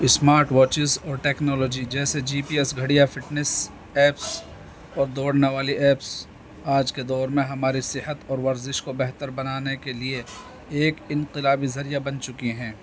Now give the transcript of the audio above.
smart watches اور technology جیسے G P S گھڑیاں فٹنیس ایپس اور دوڑنے والی ایپس آج کے دور میں ہماری صحت اور ورزش کو بہتر بنانے کے لیے ایک انقلابی ذریعہ بن چکی ہیں